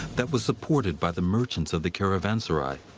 that was supported by the merchants of the caravanserai.